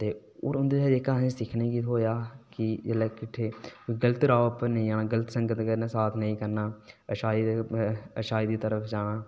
ते उं'दे कोला असें गी सिक्खने गी थ्होआ हा जिसलै किठ्ठे होना ते गलत संगत च नेईं जाना गलत रस्ते पर नेईं जाना अच्छाई दी तरफ जाना